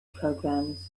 programs